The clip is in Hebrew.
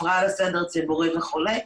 הפרעה לסדר הציבורי וכולי.